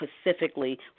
specifically